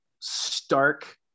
stark